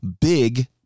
big